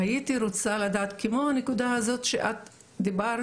והייתי רוצה לדעת כמו הנקודה הזאת שאת דיברת